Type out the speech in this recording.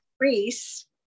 increase